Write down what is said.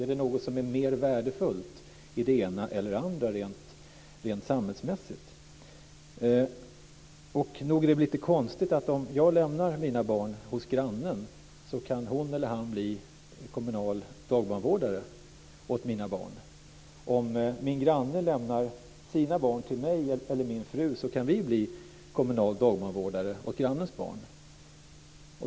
Är det något som är mer värdefullt i det ena eller det andra rent samhällsmässigt? Nog är det väl lite konstigt här. Om jag lämnar mina barn hos grannen kan hon eller han bli kommunal dagbarnvårdare åt mina barn och om min granne lämnar sina barn till mig eller min fru kan vi bli kommunal dagbarnvårdare åt grannens barn.